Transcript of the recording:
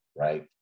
right